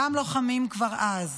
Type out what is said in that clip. אותם לוחמים כבר אז